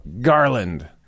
Garland